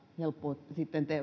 helppo sitten